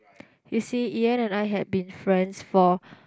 you see Ian and I have been friends for